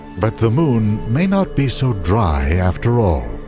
but the moon may not be so dry after all.